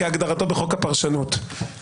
כהגדרתו בחוק הפרשנות,